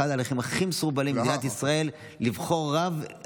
אחד ההליכים הכי מסורבלים במדינת ישראל זה לבחור רב.